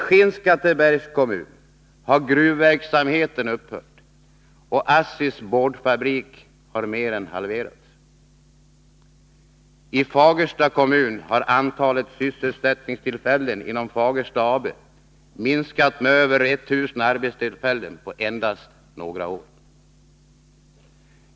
I Skinnskattebergs kommun har gruvverksamheten upphört och ASSI:s boardfabrik mer än halverats. I Fagersta kommun har antalet sysselsättningstillfällen inom Fagersta AB minskat med över 1000 på endast några år.